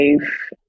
life